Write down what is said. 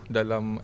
dalam